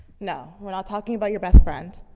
no, we're not talking about your best friend.